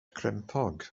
crempog